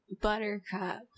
buttercup